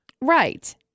right